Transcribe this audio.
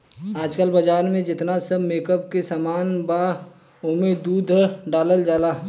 आजकल बाजार में जेतना सब मेकअप के सामान बा ओमे दूध डालल जाला